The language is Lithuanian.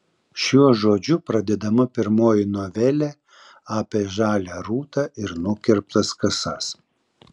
šiuo žodžiu pradedama pirmoji novelė apie žalią rūtą ir nukirptas kasas